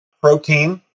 protein